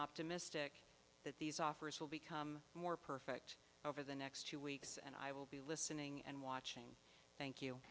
optimistic that these offers will become more perfect over the next two weeks and i will be listening and watching thank you